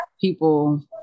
people